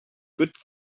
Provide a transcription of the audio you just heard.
good